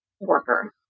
worker